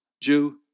Jew